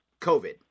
COVID